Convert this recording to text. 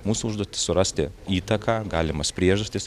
mūsų užduotis surasti įtaką galimas priežastis